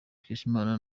mukeshimana